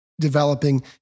developing